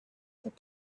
that